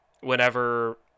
whenever